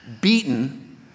beaten